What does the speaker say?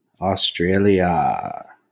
Australia